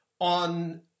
on –